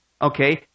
Okay